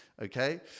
Okay